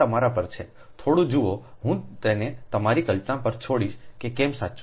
થોડું જુઓ હું તેને તમારી કલ્પના પર છોડીશ કે કેમ સાચું